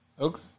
Okay